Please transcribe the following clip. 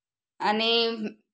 आणि